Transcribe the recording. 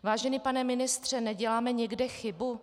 Vážený pane ministře, neděláme někde chybu?